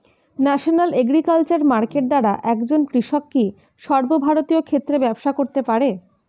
National agriculture market দ্বারা একজন কৃষক কি সর্বভারতীয় ক্ষেত্রে ব্যবসা করতে পারে?